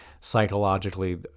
psychologically